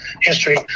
history